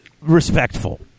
respectful